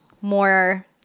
more